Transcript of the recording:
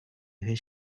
his